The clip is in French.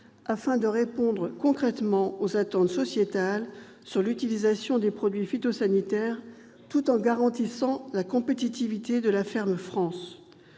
afin de répondre concrètement aux attentes sociétales en matière d'utilisation des produits phytosanitaires, tout en garantissant la compétitivité de la ferme France.